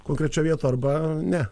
konkrečioj vietoj arba ne